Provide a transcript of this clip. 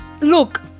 look